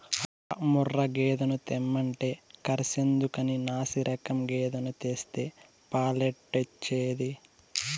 ఆ ముర్రా గేదెను తెమ్మంటే కర్సెందుకని నాశిరకం గేదెను తెస్తే పాలెట్టొచ్చేది